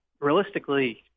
realistically